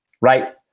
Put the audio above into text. right